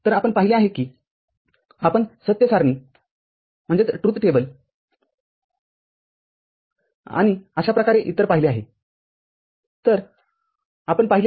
तरआपण पाहिले आहे की आपण सत्य सारणी F00 F0 १ आणि अशा प्रकारे इत्यादी पाहिले आहे